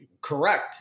correct